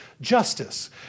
justice